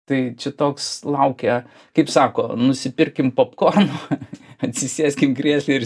tai čia toks laukia kaip sako nusipirkim popkornų atsisėskim krėsle ir